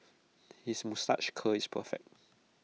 his moustache curl is perfect